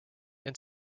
and